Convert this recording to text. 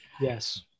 Yes